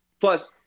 Plus